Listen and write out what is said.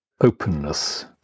openness